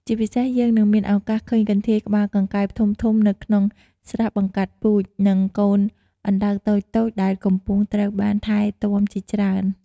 ជាពិសេសយើងនឹងមានឱកាសឃើញកន្ធាយក្បាលកង្កែបធំៗនៅក្នុងស្រះបង្កាត់ពូជ និងកូនអណ្ដើកតូចៗដែលកំពុងត្រូវបានថែទាំជាច្រើន ។